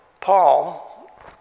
Paul